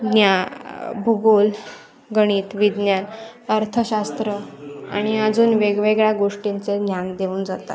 ज्ञा भूगोल गणित विज्ञान अर्थशास्त्र आणि अजून वेगवेगळ्या गोष्टींचे ज्ञान देऊन जातात